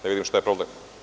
Ne vidim šta problem.